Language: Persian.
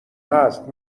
هست